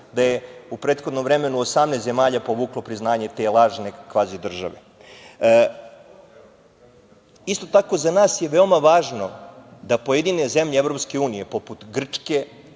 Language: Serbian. da je u prethodnom vremenu 18 zemalja povuklo priznanje te lažne kvazi države. Isto tako, za nas je veoma važno da pojedine zemlje EU, poput Grčke,